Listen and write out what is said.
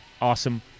awesome